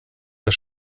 der